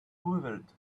quivered